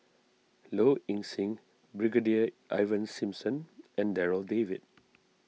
Low Ing Sing Brigadier Ivan Simson and Darryl David